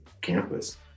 campus